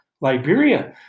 Liberia